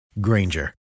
Granger